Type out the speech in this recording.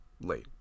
Late